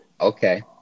okay